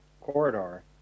corridor